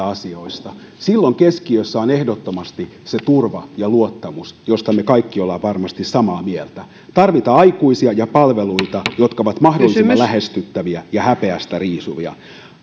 asioista silloin keskiössä on ehdottomasti se turva ja luottamus mistä me kaikki olemme varmasti samaa mieltä tarvitaan aikuisia ja palveluita jotka ovat mahdollisimman lähestyttäviä ja häpeästä riisuvia